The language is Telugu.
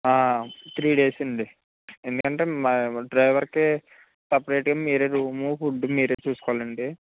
త్రీ డేస్ అండి ఎందుకంటే డ్రైవర్ కి సపరేట్ గా మీరే రూము ఫుడ్డు మీరే చూసుకోవాలండి